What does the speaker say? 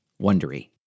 Wondery